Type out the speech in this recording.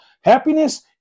Happiness